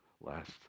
last